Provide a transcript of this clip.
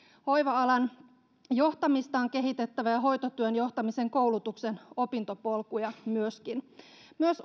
hoiva alan johtamista on kehitettävä ja hoitotyön johtamisen koulutuksen opintopolkuja myöskin myös